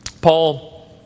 Paul